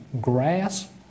grass